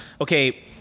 okay